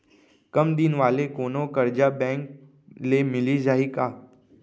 कम दिन वाले कोनो करजा बैंक ले मिलिस जाही का?